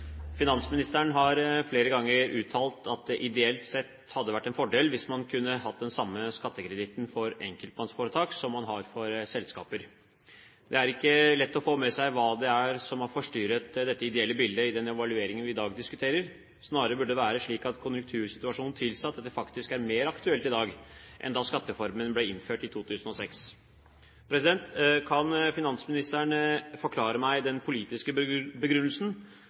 Finansministeren har flere ganger uttalt at det ideelt sett hadde vært en fordel hvis man kunne hatt den samme skattekreditten for enkeltmannsforetak som man har for selskaper. Det er ikke lett å få med seg hva det er som har forstyrret dette ideelle bildet i den evalueringen vi i dag diskuterer. Snarere burde det være slik at konjunktursituasjonen tilsa at det faktisk er mer aktuelt i dag enn da skattereformen ble innført i 2006. Kan finansministeren forklare meg den politiske begrunnelsen,